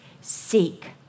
seek